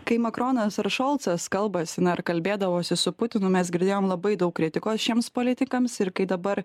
kai makronas ar šolcas kalbasi na ar kalbėdavosi su putinu mes girdėjom labai daug kritikos šiems politikams ir kai dabar